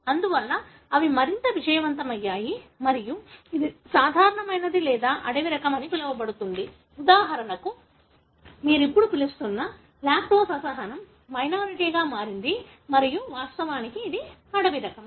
అందువల్ల అవి మరింత విజయవంతమయ్యాయి మరియు ఇది సాధారణమైనది లేదా అడవి రకం అని పిలవబడుతుంది ఉదాహరణకు మీరు ఇప్పుడు పిలుస్తున్న లాక్టోస్ అసహనం మైనారిటీగా మారింది మరియు వాస్తవానికి ఇది అడవి రకం